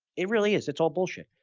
it really is. it's all bullshit.